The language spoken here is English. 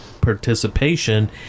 participation